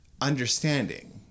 understanding